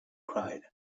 cried